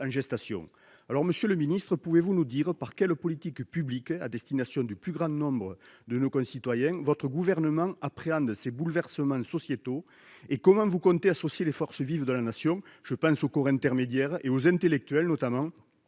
gestation. Monsieur le ministre, pouvez-vous nous dire par quelles politiques publiques à destination du plus grand nombre de nos concitoyens le Gouvernement appréhende ces bouleversements sociétaux et comment il compte associer les forces vives de la Nation- je pense aux corps intermédiaires et aux intellectuels, notamment -à